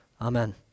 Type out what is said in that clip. Amen